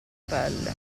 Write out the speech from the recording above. pelle